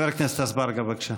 חבר הכנסת אזברגה, בבקשה.